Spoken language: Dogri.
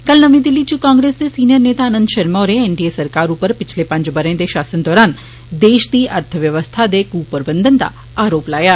कल नमीं दिल्ली च कांग्रेस दे सीनियर नेता आनंद षर्मा होरें एन डी ए सरकार उप्पर पिच्छले पंज ब'रे दे षासन दौरान देष दी अर्थव्यवस्था दे कुप्रबंधन दा आरोप लाया